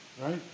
Right